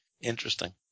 Interesting